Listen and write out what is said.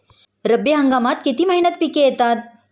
रब्बी हंगामात किती महिन्यांत पिके येतात?